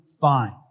fine